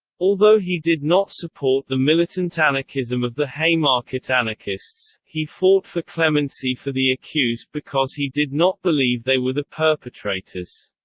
although he did not support the militant anarchism of the haymarket anarchists, he fought for clemency for the accused because he did not believe they were the perpetrators.